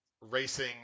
racing